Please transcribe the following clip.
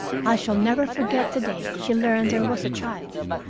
i shall never forget the day she learned there was a child.